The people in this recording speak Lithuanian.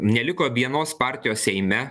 neliko vienos partijos seime